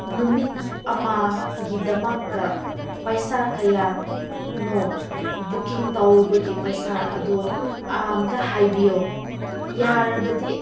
ꯅꯨꯃꯤꯠ ꯑꯃꯒꯤꯗꯃꯛꯇ ꯄꯩꯁꯥ ꯀꯌꯥꯅꯣ ꯕꯨꯛꯀꯤꯡ ꯇꯧꯕꯒꯤ ꯄꯩꯁꯥ ꯑꯗꯨ ꯑꯝꯇ ꯍꯥꯏꯕꯤꯌꯣ ꯌꯥꯔꯕꯗꯤ